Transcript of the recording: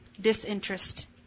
disinterest